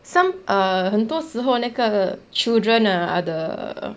some err 很多时候那个 children ah are the